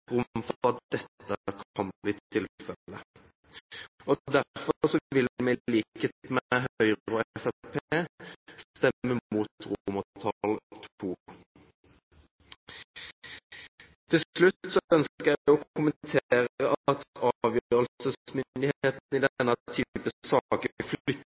rom for at dette kan bli tilfellet. Derfor vil vi, i likhet med Høyre og Fremskrittspartiet, stemme mot II. Til slutt ønsker jeg å kommentere at avgjørelsesmyndigheten i